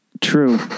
True